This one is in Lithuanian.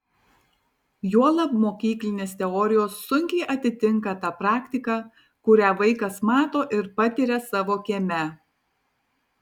juolab mokyklinės teorijos sunkiai atitinka tą praktiką kurią vaikas mato ir patiria savo kieme